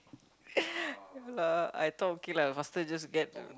yeah lah I thought okay lah faster just get the